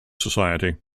society